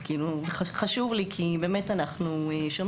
וחשוב לי כי אנחנו שומעים